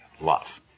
love